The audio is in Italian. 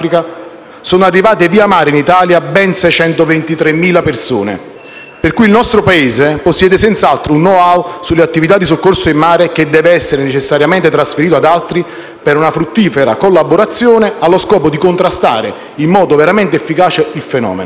sono arrivate via mare in Italia ben 623.000 persone, per cui il nostro Paese possiede senz'altro un *know-how* sulle attività di soccorso in mare che deve essere necessariamente trasmesso ad altri per una fruttifera collaborazione allo scopo di contrastare in modo veramente efficace il fenomeno.